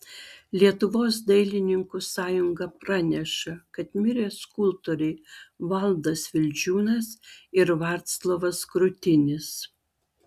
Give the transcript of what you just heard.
lietuvos dailininkų sąjunga praneša kad mirė skulptoriai vladas vildžiūnas ir vaclovas krutinis